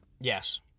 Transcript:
Yes